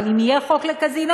אבל אם יהיה חוק לקזינו,